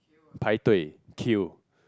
排队 queue